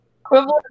Equivalent